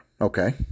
Okay